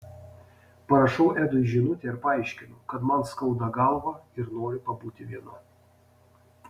parašau edui žinutę ir paaiškinu kad man skauda galvą ir noriu pabūti viena